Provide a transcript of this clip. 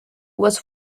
was